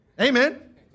Amen